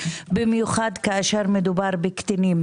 במיוחד כשמדובר בקטינים,